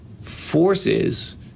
forces